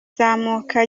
zamuka